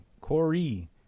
Corey